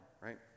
right